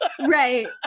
Right